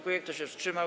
Kto się wstrzymał?